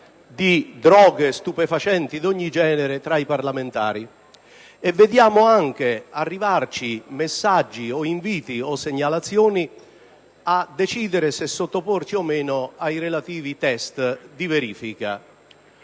di droghe e stupefacenti di ogni genere tra i parlamentari. Vediamo anche arrivarci messaggi, segnalazioni o inviti a decidere se sottoporci o meno ai relativi test di verifica.